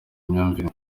myumvire